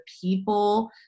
people